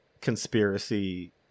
conspiracy